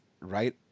Right